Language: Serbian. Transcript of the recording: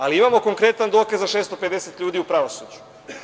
Ali imamo konkretan dokaz za 650 ljudi u pravosuđu.